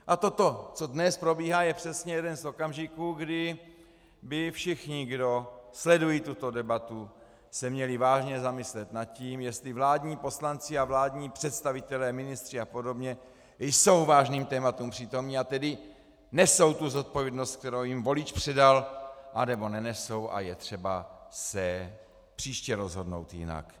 A toto, co dnes probíhá, je přesně jeden z okamžiků, kdy by se všichni, kdo sledují tuto debatu, měli vážně zamyslet nad tím, jestli vládní poslanci a vládní představitelé, ministři a podobně jsou vážným tématům přítomni, a nesou tedy tu zodpovědnost, kterou jim volič předal, anebo nenesou a je třeba se příště rozhodnout jinak.